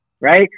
Right